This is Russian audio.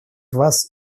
вас